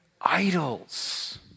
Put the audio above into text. Idols